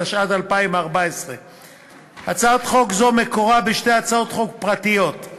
התשע"ד 2014. הצעת חוק זו מקורה בשתי הצעות חוק פרטיות,